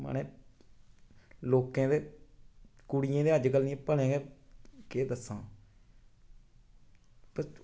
म्हाराज लोकें दे कुड़ियै ते हद्द करी ओड़ी भलेआं गै केह् दस्सां